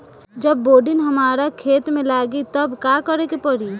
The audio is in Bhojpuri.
जब बोडिन हमारा खेत मे लागी तब का करे परी?